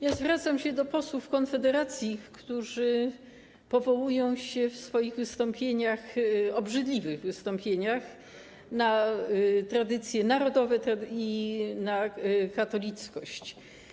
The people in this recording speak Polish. Ja zwracam się do posłów Konfederacji, którzy powołują się w swoich wystąpieniach, obrzydliwych wystąpieniach, na tradycje narodowe i na katolickość.